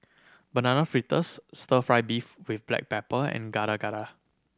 Banana Fritters Stir Fry beef with black pepper and Gado Gado